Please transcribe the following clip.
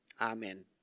Amen